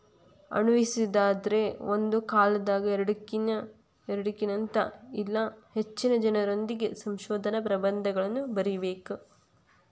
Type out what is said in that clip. ಅನ್ವಯಿಸೊದಾದ್ರ ಒಂದ ಕಾಲದಾಗ ಎರಡಕ್ಕಿನ್ತ ಇಲ್ಲಾ ಹೆಚ್ಚಿನ ಜನರೊಂದಿಗೆ ಸಂಶೋಧನಾ ಪ್ರಬಂಧಗಳನ್ನ ಬರಿಬೇಕ್